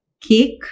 cake